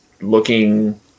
looking